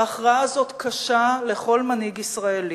ההכרעה הזאת קשה לכל מנהיג ישראלי,